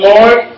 Lord